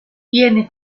tiene